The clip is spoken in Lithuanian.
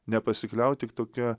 nepasikliaut tik tokia